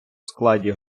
складі